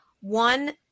One